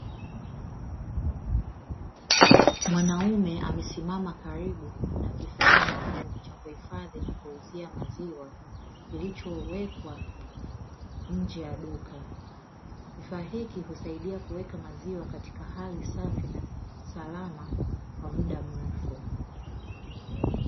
Mwanaume amesimama karibu na kifaa maalumu cha kuhifadhi na kuuzia maziwa kilichowekwa nje ya duka; kifaa hiki husaidia kuweka maziwa katika hali safi na salama kwa muda mrefu.